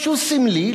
משהו סמלי,